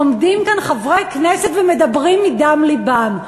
עומדים כאן חברי כנסת ומדברים מדם לבם.